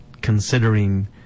considering